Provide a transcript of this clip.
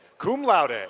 cum laude. and